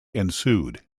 ensued